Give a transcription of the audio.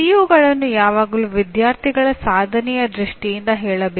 ಸಿಒಗಳನ್ನು ಯಾವಾಗಲೂ ವಿದ್ಯಾರ್ಥಿಗಳ ಸಾಧನೆಯ ದೃಷ್ಟಿಯಿಂದ ಹೇಳಬೇಕು